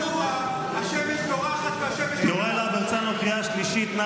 הכנסת סגלוביץ', קריאה שלישית.